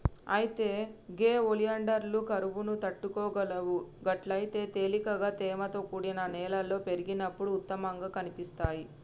అయితే గే ఒలియాండర్లు కరువును తట్టుకోగలవు గట్లయితే తేలికగా తేమతో కూడిన నేలలో పెరిగినప్పుడు ఉత్తమంగా కనిపిస్తాయి